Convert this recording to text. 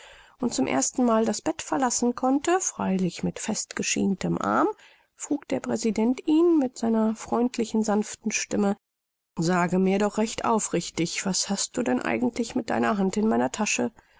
und zum ersten mal das bett verlassen konnte freilich mit festgeschientem arm frug der präsident ihn mit seiner freundlichen sanften stimme sage mir doch recht aufrichtig was du denn eigentlich mit deiner hand in meiner tasche